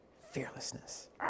Fearlessness